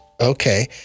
Okay